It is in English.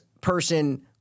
person